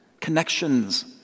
connections